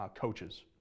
coaches